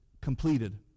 completed